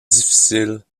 difficiles